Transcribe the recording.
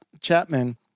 Chapman